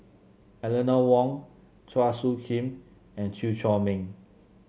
Eleanor Wong Chua Soo Khim and Chew Chor Meng